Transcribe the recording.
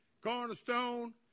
cornerstone